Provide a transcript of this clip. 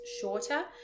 shorter